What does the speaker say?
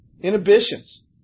inhibitions